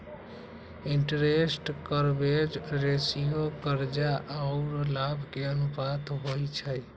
interest coverage ratio करजा आऽ लाभ के अनुपात होइ छइ